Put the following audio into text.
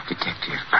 Detective